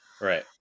right